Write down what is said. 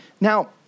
Now